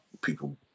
people